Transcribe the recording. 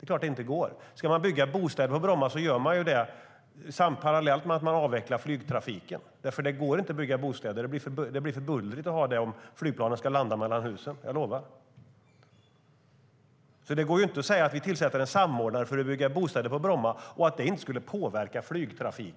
Det är klart att det inte går. Ska man bygga bostäder på Bromma gör man det parallellt med att man avvecklar flygtrafiken. Det går inte att bygga bostäder, för det blir för bullrigt om flygplanen ska landa mellan husen - jag lovar. Därför går det inte att säga att vi tillsätter en samordnare för att bygga bostäder på Bromma men att det inte skulle påverka flygtrafiken.